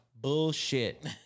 bullshit